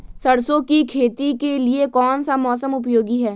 सरसो की खेती के लिए कौन सा मौसम उपयोगी है?